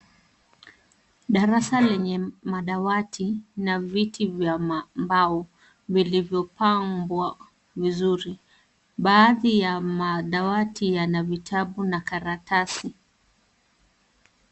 Darasa lenye madawati na viti vya mbao vilivyopambwa vizuri. Baadhi ya madawati yana vitabu na karatasi.